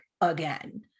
again